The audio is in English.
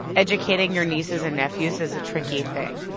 educating your nieces and nephews is a tricky thing